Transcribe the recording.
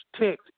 text